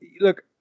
look